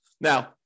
Now